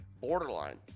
Borderline